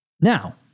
Now